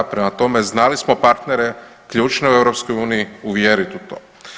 Prema tome, znali smo partnere ključne u EU uvjerit u to.